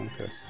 okay